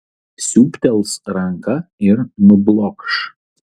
siūbtels ranka ir nublokš